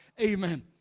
Amen